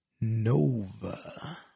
Nova